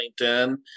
LinkedIn